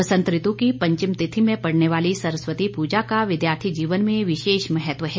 बसंत ऋतु की पंचम तिथि में पड़ने वाली सरस्वती पूजा का विद्यार्थी जीवन में विशेष महत्व हैं